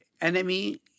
enemy